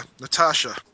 Natasha